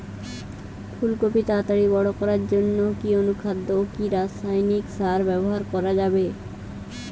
ফুল কপি তাড়াতাড়ি বড় করার জন্য কি অনুখাদ্য ও রাসায়নিক সার ব্যবহার করা যাবে?